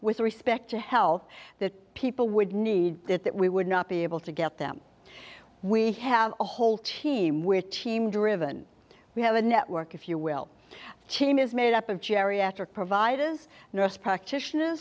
with respect to health that people would need that we would not be able to get them we have a whole team which team driven we have a network if you will change is made up of geriatric providers nurse practitioner